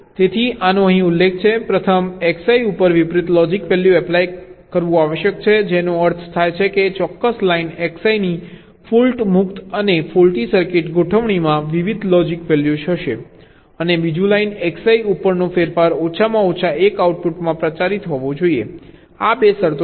તેથી આનો અહીં ઉલ્લેખ છે પ્રથમ Xi ઉપર વિપરીત લોજિક વેલ્યૂ એપ્લાય કરવું આવશ્યક છે જેનો અર્થ થાય છે કે ચોક્કસ લાઈન Xi ની ફોલ્ટ મુક્ત અને ફોલ્ટી સર્કિટ ગોઠવણીમાં વિવિધ લોજીક વેલ્યૂઝ હશે અને બીજું લાઇન Xi ઉપરનો ફેરફાર ઓછામાં ઓછા 1 આઉટપુટમાં પ્રચારિત હોવો જોઈએ આ 2 શરતો છે